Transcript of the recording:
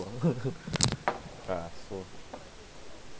ah so